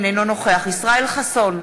אינו נוכח ישראל חסון,